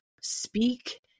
speak